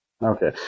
Okay